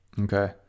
Okay